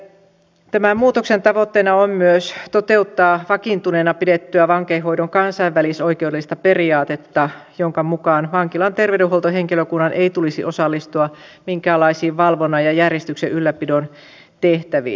tämän muutoksen tavoitteena on myös toteuttaa vakiintuneena pidettyä vankeinhoidon kansainvälisoikeudellista periaatetta jonka mukaan vankilan terveydenhuoltohenkilökunnan ei tulisi osallistua minkäänlaisiin valvonnan ja järjestyksen ylläpidon tehtäviin